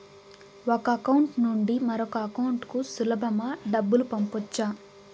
ఒక అకౌంట్ నుండి మరొక అకౌంట్ కు సులభమా డబ్బులు పంపొచ్చా